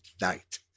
night